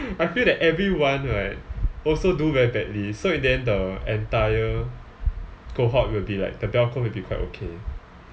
I feel that everyone right also do very badly so in the end the entire cohort will be like the bell curve will be quite okay